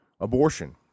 abortion